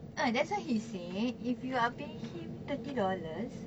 ah that's why he said if you are paying him thirty dollars